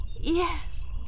Yes